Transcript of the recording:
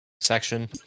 section